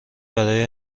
برای